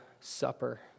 Supper